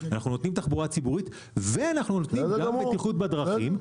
אנחנו נותנים תחבורה ציבורית ואנחנו נותנים גם בטיחות בדרכים.